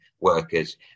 Workers